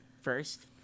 first